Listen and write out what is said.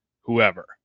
whoever